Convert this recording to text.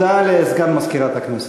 הודעה לסגן מזכירת הכנסת.